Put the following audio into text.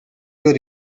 you